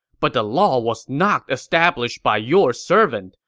but the law was not established by your servant,